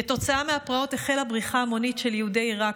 כתוצאה מהפרעות החלה בריחה המונית של יהודי עיראק.